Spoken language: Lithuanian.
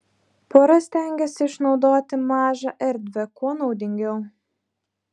pora stengėsi išnaudoti mažą erdvę kuo naudingiau